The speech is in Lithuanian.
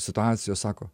situacijos sako